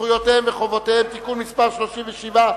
זכויותיהם וחובותיהם (תיקון מס' 37),